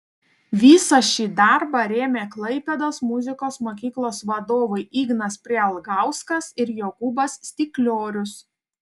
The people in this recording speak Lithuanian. visą šį darbą rėmė klaipėdos muzikos mokyklos vadovai ignas prielgauskas ir jokūbas stikliorius